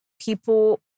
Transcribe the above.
people